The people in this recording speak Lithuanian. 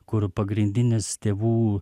kur pagrindinis tėvų